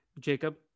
Jacob